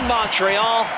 Montreal